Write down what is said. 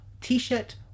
T-shirt